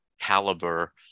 caliber